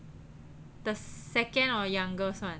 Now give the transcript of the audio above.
the second or youngest [one]